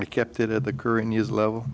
i kept it at the current news level